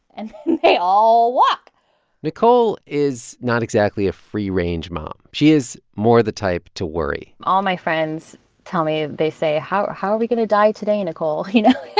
and then they all walk nicole is not exactly a free-range mom. she is more the type to worry all my friends tell me they say, how how are we going to die today, nicole, you know?